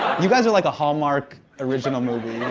you guys are like a hallmark original movie,